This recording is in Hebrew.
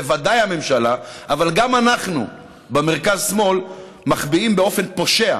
בוודאי הממשלה אבל גם אנחנו במרכז-שמאל מחביאים באופן פושע,